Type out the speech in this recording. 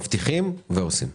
מבטיחים ועושים.